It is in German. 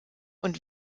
und